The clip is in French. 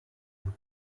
nous